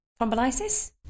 thrombolysis